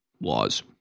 laws